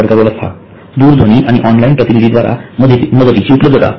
संपर्क व्यवस्था दूरध्वनी आणि ऑनलाइन प्रतिनिधी द्वारा मदतीची उपलब्धता